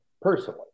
personally